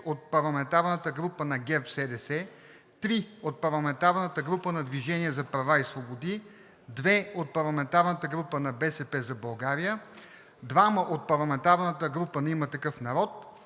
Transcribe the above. от парламентарната група на ГЕРБ-СДС, 2 от парламентарната група на „Движение за права и свободи“, 2 от парламентарната група на „БСП за България", 2 от парламентарната група на „Има такъв народ",